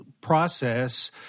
process